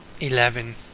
Eleven